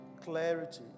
Clarity